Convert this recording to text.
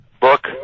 book